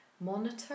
monitor